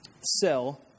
Sell